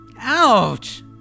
Ouch